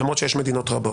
למרות שיש מדינות רבות,